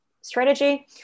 strategy